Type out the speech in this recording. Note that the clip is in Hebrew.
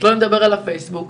שלא נדבר על הפייסבוק.